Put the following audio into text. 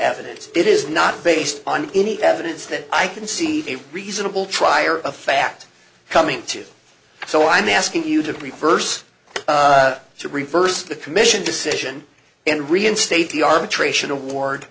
evidence it is not based on any evidence that i can see a reasonable trier of fact coming to so i'm asking you to prefers to reverse the commission decision and reinstate the arbitration award